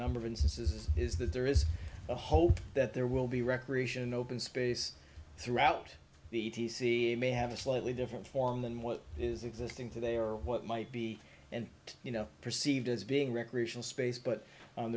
number of instances is that there is a hope that there will be recreation open space throughout the t c it may have a slightly different form than what is existing today or what might be and you know perceived as being recreational space but